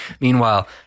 Meanwhile